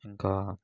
ఇంకా